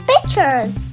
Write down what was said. pictures